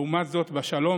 לעומת זאת, בשלום